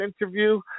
interview